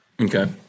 Okay